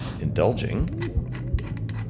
indulging